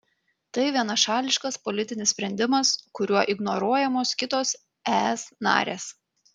tai vienašališkas politinis sprendimas kuriuo ignoruojamos kitos es narės